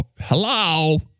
hello